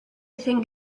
think